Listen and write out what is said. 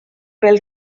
bêl